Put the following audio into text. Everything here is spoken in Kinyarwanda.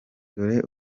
dore